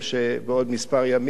שבעוד כמה ימים